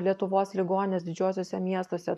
lietuvos ligonines didžiuosiuose miestuose